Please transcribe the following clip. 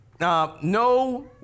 no